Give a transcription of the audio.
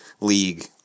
league